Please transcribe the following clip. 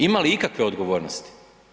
Ima li ikakve odgovornosti?